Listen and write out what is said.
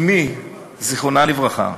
אמי זיכרונה לברכה,